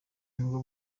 nibwo